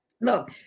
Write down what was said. look